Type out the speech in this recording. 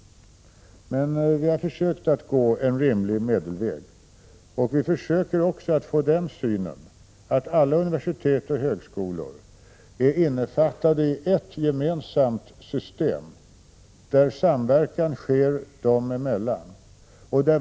Men vi har försökt att gå en rimlig medelväg. Vi försöker också få alla universitet och högskolor att vara innefattade i ett gemensamt system där samverkan sker dem emellan.